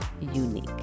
unique